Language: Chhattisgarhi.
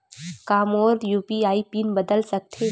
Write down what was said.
का मोर यू.पी.आई पिन बदल सकथे?